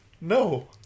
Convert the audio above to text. No